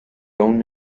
own